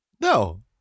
No